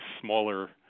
smaller